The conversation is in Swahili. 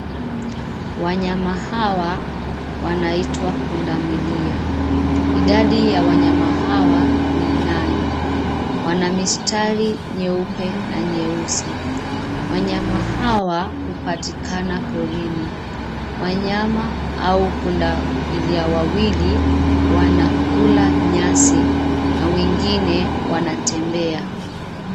Wanyama hawa, wanaitwa pundamilia. Idadi ya wanyama hawa, ni nane. Wana mistari nyeupe na nyeusi. Wanyama hawa hupatikana porini. Wanyama au pundamilia wawili, wanakula nyasi, na wengine wanatembea.